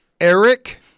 Eric